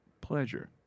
pleasure